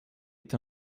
est